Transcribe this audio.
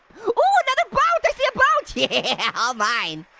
oh, another boat, i see a boat! yeah, all mine.